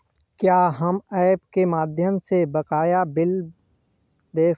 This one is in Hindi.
क्या हम ऐप के माध्यम से बकाया बिल देख सकते हैं?